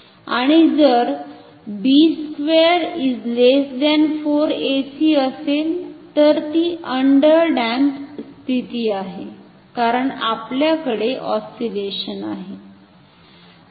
आणि जर b2 4 ac असेल तर ती अंडर डॅम्प स्थिती आहे कारण आपल्याकडे ऑस्सिलेशन आहे